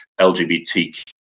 LGBTQ